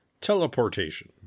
Teleportation